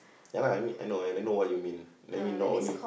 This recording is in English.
ya lah I mean I know I know what you mean that mean not only